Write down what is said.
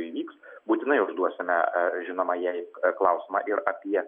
įvyks būtinai užduosime žinoma jei klausimą ir apie